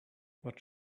what